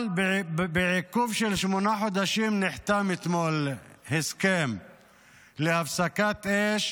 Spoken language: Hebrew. אבל בעיכוב של שמונה חודשים נחתם אתמול הסכם להפסקת אש